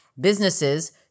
businesses